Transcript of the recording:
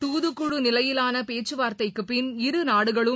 துதுக்குழுநிலையிலானபேச்கவார்த்தைக்குபின் இருநாடுகளும்